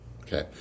Okay